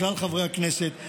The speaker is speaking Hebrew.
לכלל חברי הכנסת,